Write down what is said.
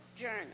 Journal